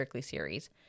series